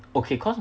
okay cause